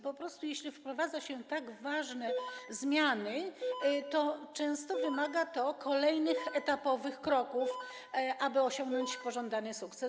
Po prostu jeśli wprowadza się tak ważne zmiany, to często wymaga to kolejnych etapowych kroków, aby osiągnąć pożądany sukces.